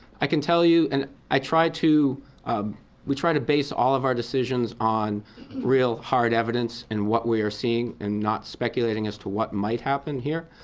i can tell you and i tried to um we try to base all our decisions on real hard evidence and what we are seeing and not speculating as to what might happen here.